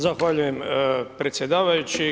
Zahvaljujem predsjedavajući.